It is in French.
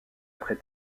après